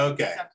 Okay